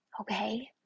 okay